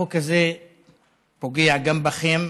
החוק הזה פוגע גם בכם,